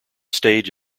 stage